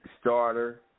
starter –